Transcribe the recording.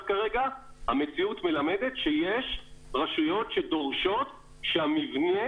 כרגע המציאות מלמדת שיש רשויות שדורשות שהמבנה